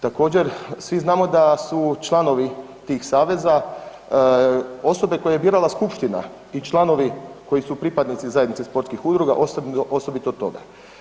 Također, svi znamo da su članovi tih saveza osobe koje je birala skupština i članovi koji su pripadnici zajednice sportskih udruga, osobito toga.